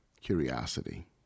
curiosity